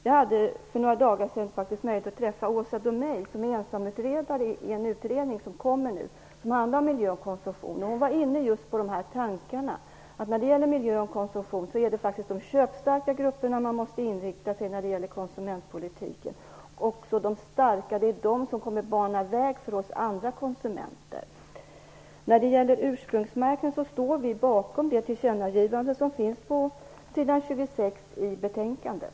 Jag hade för några dagar sedan möjlighet att träffa Åsa Domeij, som är ensamutredare i en utredning om miljö och konsumtion som kommer nu. Hon var inne just på de här tankarna: När det gäller miljö och konsumtion är det de köpstarka grupperna man måste inrikta sig på i konsumentpolitiken. Det är de som kommer att bana väg för oss andra konsumenter. När det gäller ursprungsmärkning står vi bakom det tillkännagivande som finns på s. 26 i betänkandet.